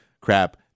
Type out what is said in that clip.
crap